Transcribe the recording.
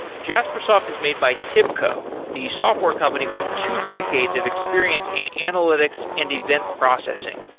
jaspersoft is made by tibco, the software company with two decades of experience in analytics and event processing.